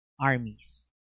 armies